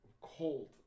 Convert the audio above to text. cold